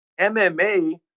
MMA